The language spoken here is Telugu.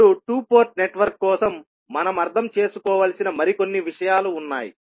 ఇప్పుడు 2 పోర్ట్ నెట్వర్క్ కోసం మనం అర్థం చేసుకోవలసిన మరికొన్ని విషయాలు ఉన్నాయి